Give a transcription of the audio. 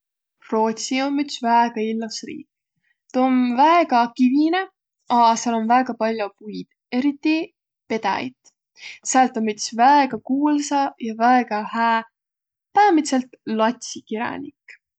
Roodsi om üts väega illos riik. Tuu om väega kivine, a sääl om väega pall'o puid, eriti pedäjit. Säält om üts väega kuulsa ja väega hää päämidselt latsikiränik.